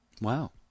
Wow